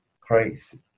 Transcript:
crazy